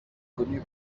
connu